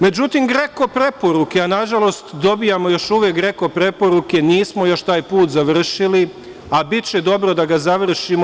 Međutim, GREKO preporuke, a na žalost dobijamo još uvek GREKO preporuke, nismo još taj put završili, a biće dobro da ga završimo.